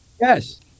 Yes